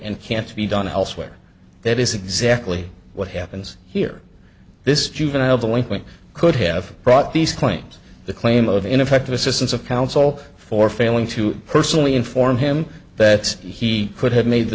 and can't be done elsewhere that is exactly what happens here this juvenile delinquent could have brought these claims the claim of ineffective assistance of counsel for failing to personally inform him that he could have made the